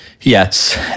Yes